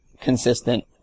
consistent